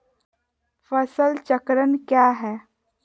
फसल चक्रण क्या है?